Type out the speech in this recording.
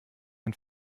ein